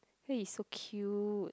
why you so cute